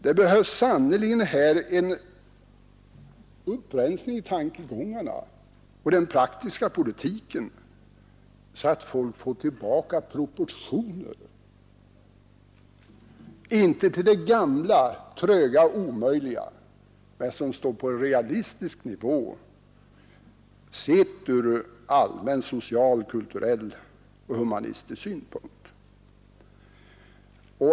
Här behövs sannerligen en upprensning i tankegångarna och den praktiska politiken så att människor får tillbaka sinnet för proportioner. Jag menar inte en återgång till det gamla tröga omöjliga men till något som står på en realistisk nivå sett ur allmän, social, kulturell och humanistisk synpunkt.